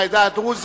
מהעדה הדרוזית.